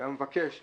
הוא היה מבקש לפעול,